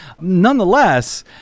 Nonetheless